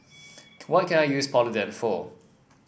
what can I use Polident for